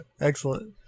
Excellent